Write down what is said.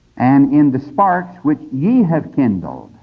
and in the sparks which ye have kindled.